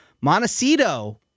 Montecito